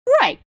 Right